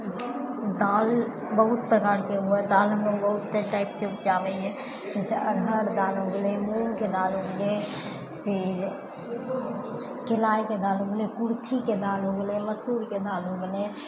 दालि बहुत प्रकारके हुवै है दालि हमलोगके बहुते टाइपके उपजाबै हियै जैसे अरहर दालि हो गेलै मूँगके दालि हो गेलै फिर केलायके दालि हो गेलै कुर्थीके दालि हो गेलै मसूरके दालि हो गेलै